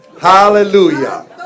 Hallelujah